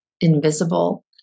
invisible